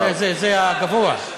זה, הגבוה.